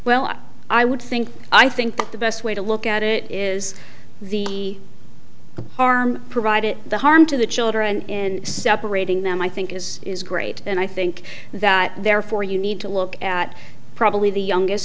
well i would think i think that the best way to look at it is the harm provided the harm to the children and separating them i think is is great and i think that therefore you need to look at probably the youngest